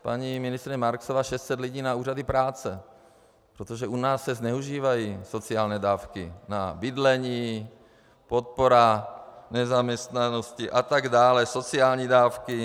Paní ministryně Marksová 600 lidí na úřady práce, protože u nás se zneužívají sociální dávky na bydlení, podpora v nezaměstnanosti atd., sociální dávky.